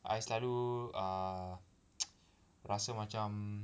I selalu err rasa macam